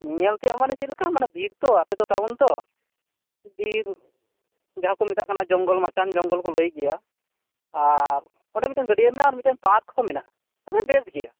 ᱧᱮᱞᱛᱮᱭᱟᱜ ᱢᱟᱱᱮ ᱪᱮᱫᱞᱮᱠᱟ ᱢᱟᱱᱮ ᱵᱤᱨ ᱛᱚ ᱟᱯᱮᱫᱚ ᱴᱟᱣᱩᱱ ᱛᱚ ᱵᱤᱨ ᱡᱟᱦᱟᱸ ᱠᱚ ᱢᱮᱛᱟᱜ ᱠᱟᱱᱟ ᱡᱚᱝᱜᱚᱞ ᱢᱟᱪᱟᱱ ᱡᱚᱝᱜᱚᱞ ᱠᱚ ᱞᱟ ᱭ ᱜᱮᱭᱟ ᱟᱻᱨ ᱚᱸᱰᱮ ᱢᱤᱫᱴᱟ ᱝ ᱜᱟ ᱰᱤᱭᱟ ᱢᱮᱱᱟᱜᱼᱟ ᱟᱨ ᱢᱤᱫᱴᱟ ᱝ ᱯᱟᱨᱠ ᱠᱚ ᱢᱮᱱᱟᱜᱼᱟ ᱛᱚᱵᱮ ᱵᱮᱥ ᱜᱮᱭᱟ